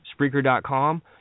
Spreaker.com